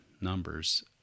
numbers